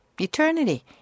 eternity